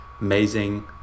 amazing